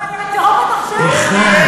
אחד.